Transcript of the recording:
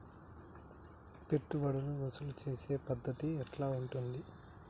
పెట్టుబడులు వసూలు చేసే పద్ధతి ఎట్లా ఉంటది?